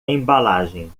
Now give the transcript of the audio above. embalagem